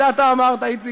את זה אתה אמרת, איציק.